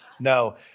No